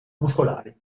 muscolari